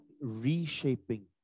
reshaping